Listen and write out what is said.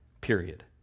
Period